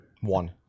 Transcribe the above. one